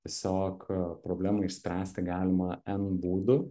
tiesiog problemą išspręsti galima en būdų